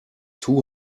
two